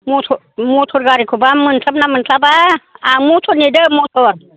मथर गारिखौबा मोनस्लाबोना मोनस्लाबा आं मथर नेदों मथर